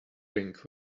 ring